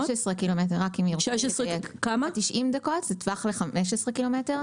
90 דקות זה טווח ל-15 ק"מ.